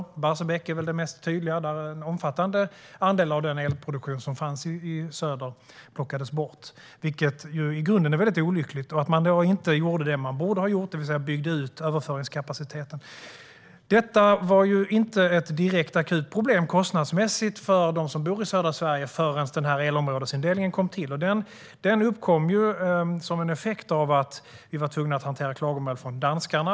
Stängningen av Barsebäck är det mest tydliga exemplet då en omfattande andel av den elproduktion som fanns i söder upphörde, vilket i grunden är väldigt olyckligt eftersom man då inte gjorde det som man borde ha gjort, det vill säga att bygga ut överföringskapaciteten. Detta var inte ett direkt akut problem kostnadsmässigt för dem som bor i södra Sverige förrän elområdesindelningen kom till. Den uppkom som en effekt av att vi var tvungna att hantera klagomål från danskarna.